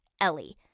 Ellie